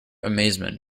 amazement